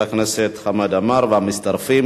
התשע"ב 2012,